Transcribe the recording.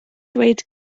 dweud